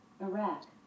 Iraq